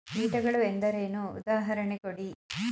ಕೀಟಗಳು ಎಂದರೇನು? ಉದಾಹರಣೆ ಕೊಡಿ?